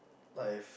I've